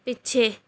ਪਿੱਛੇ